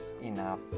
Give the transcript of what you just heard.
enough